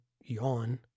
yawn